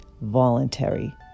voluntary